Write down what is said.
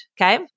Okay